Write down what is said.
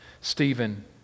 Stephen